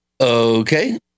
Okay